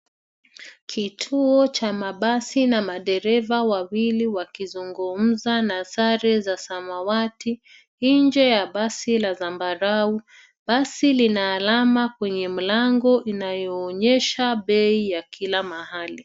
Kituo cha mabasi na madereva wawili wakizungumza na sare za samawati nje ya basi la zambarau. Basi lina alama kwenye mlango inayoonyesha bei ya kila mahali.